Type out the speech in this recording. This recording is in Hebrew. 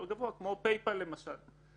לפי מסמכי הזיהוי כאמור בסעיף 4,